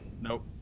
Nope